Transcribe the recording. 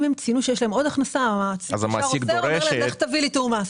אם הם ציינו שיש להם עוד הכנסה מבקשים מהם להביא תיאום מס.